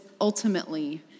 ultimately